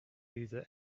either